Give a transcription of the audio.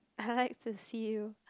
I like to see you